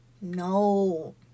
No